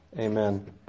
Amen